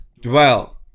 dwell